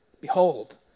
Behold